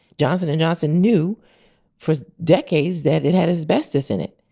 johnson and johnson knew for decades that it had asbestos in it.